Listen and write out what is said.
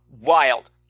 wild